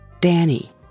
Danny